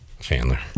Chandler